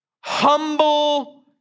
Humble